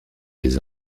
des